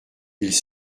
ils